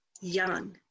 young